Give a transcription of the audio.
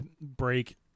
break